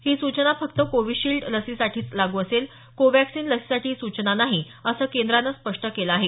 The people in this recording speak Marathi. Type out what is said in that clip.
ही सूचना फक्त कोविशिल्ड लसीसाठीच लागू असेल कोवॅक्सीन लसीसाठी ही सूचना नाही असं केंद्रानं स्पष्ट केलं आहे